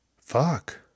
Fuck